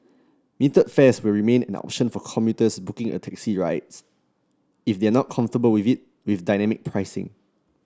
metered fares will remain an option for commuters booking a taxi rides if they are not comfortable with it with dynamic pricing